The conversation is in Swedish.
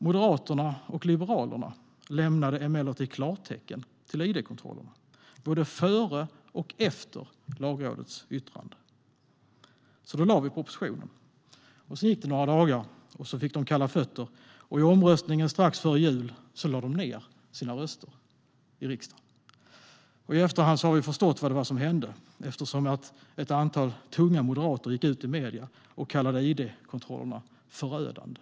Moderaterna och Liberalerna lämnade emellertid klartecken till idkontroller både före och efter Lagrådets yttrande. Alltså lade vi fram propositionen. Det gick några dagar, och de fick kalla fötter. I omröstningen strax före jul lade de ned sina röster i riksdagen. I efterhand har vi förstått vad det var som hände. Ett antal tunga moderater gick ut i medierna och kallade id-kontrollerna förödande.